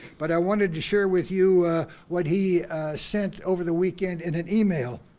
but i wanted to share with you what he sent over the weekend in an email.